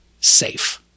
Safe